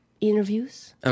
interviews